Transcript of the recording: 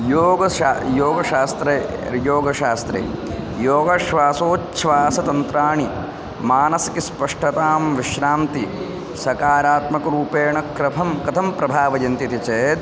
योगः योगशास्त्रे योगशास्त्रे योगश्वासोछ्वासतन्त्राणि मानसिकस्पष्टतां विश्रान्तिः सकारात्मकरूपेण क्रमं कथं प्रभावयन्ति इति चेत्